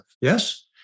yes